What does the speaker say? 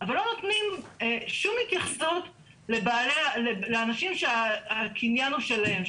אבל לא נותנים שום התייחסות לאנשים שהקניין הוא שלהם,